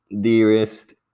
dearest